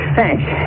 thanks